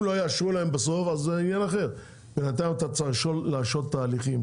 אם לא יאשרו להם בסוף אז זה עניין אחר אתה צריך להשהות תהליכים.